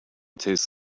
tastes